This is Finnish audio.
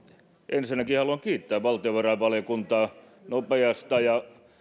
ensinnäkin haluan kiittää valtiovarainvaliokuntaa nopeasta ja